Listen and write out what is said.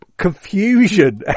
Confusion